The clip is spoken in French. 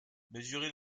mesurer